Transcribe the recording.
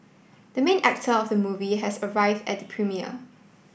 the main actor of movie has arrived at the premiere